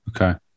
Okay